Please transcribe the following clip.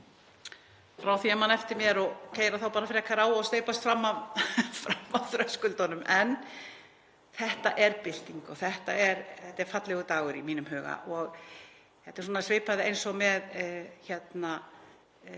frá því að ég man eftir mér og keyra þá bara frekar á og steypast fram af þröskuldunum. En þetta er bylting og þetta er fallegur dagur í mínum huga. Þetta er svona svipað eins og með